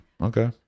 Okay